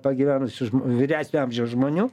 pagyvenusių vyresnio amžiaus žmonių